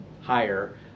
higher